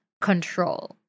control